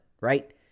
right